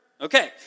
Okay